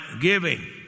giving